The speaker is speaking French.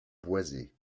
boisés